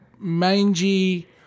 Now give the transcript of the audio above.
mangy